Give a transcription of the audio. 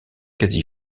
quasi